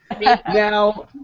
Now